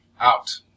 out